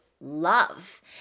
love